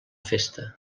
festa